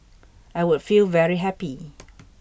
I would feel very happy